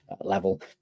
level